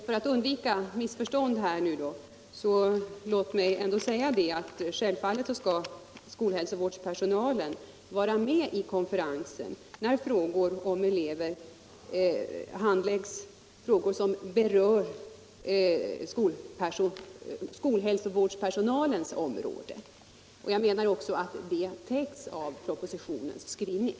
För att undvika missförstånd vill jag säga att självfallet skall skolhälsovårdspersonalen vara med i konferensen när denna handlägger frågor som berör skolhälsovårdspersonalens område. Jag anser att detta täcks av propositionens skrivning.